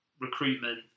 recruitment